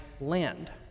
land